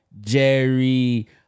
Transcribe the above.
Jerry